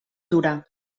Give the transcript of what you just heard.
dura